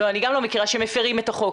אני גם לא מכירה שמפרים את החוק,